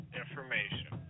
information